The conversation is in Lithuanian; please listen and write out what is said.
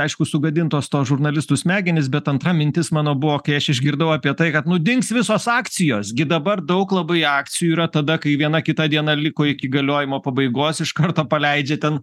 aišku sugadintos to žurnalistų smegenys bet antra mintis mano buvo kai aš išgirdau apie tai kad nu dings visos akcijos gi dabar daug labai akcijų yra tada kai viena kita diena liko iki galiojimo pabaigos iš karto paleidžia ten